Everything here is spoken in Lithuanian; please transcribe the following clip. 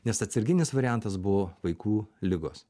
nes atsarginis variantas buvo vaikų ligos